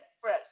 fresh